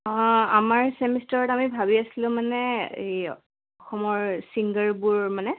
অঁ আমাৰ ছেমিষ্টাৰত আমি ভাবি আছিলোঁ মানে এই অসমৰ ছিংগাৰবোৰ মানে